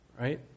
Right